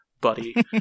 buddy